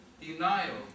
denial